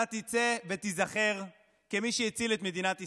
אתה תצא ותיזכר כמי שהציל את מדינת ישראל.